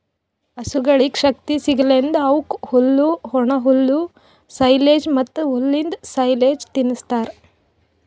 ಹಸುಗೊಳಿಗ್ ಶಕ್ತಿ ಸಿಗಸಲೆಂದ್ ಅವುಕ್ ಹುಲ್ಲು, ಒಣಹುಲ್ಲು, ಸೈಲೆಜ್ ಮತ್ತ್ ಹುಲ್ಲಿಂದ್ ಸೈಲೇಜ್ ತಿನುಸ್ತಾರ್